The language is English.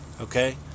Okay